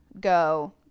go